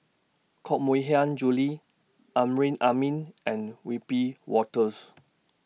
Koh Mui Hiang Julie Amrin Amin and Wiebe Wolters